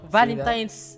Valentine's